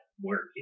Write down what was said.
Working